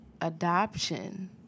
adoption